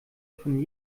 von